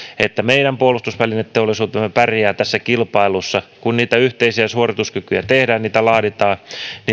että meidän puolustusvälineteollisuutemme pärjää tässä kilpailussa kun niitä yhteisiä suorituskykyjä tehdään ja laaditaan